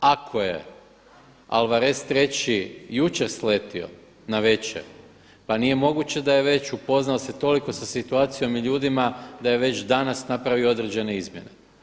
Ako je Alvarez III jučer sletio navečer, pa nije moguće da je već upoznao se toliko sa situacijom i ljudima da je već danas napravio određene izmjene.